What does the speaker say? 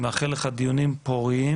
אני מאחל לך דיונים פוריים,